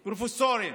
פרופסורים,